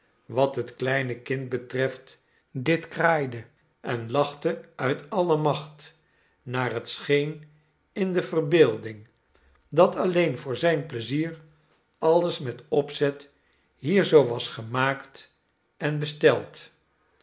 wat het kleine kind betreft dit kraaide en lachte uit alle macht naar het scheen in de verbeelding dat alleen voor zijn pleizier alles met opzet hier zoo was gemaakt en besteld